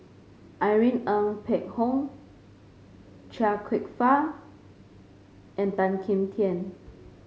Irene Ng Phek Hoong Chia Kwek Fah and Tan Kim Tian